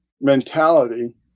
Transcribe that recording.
mentality